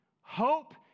hope